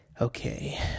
Okay